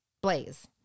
blaze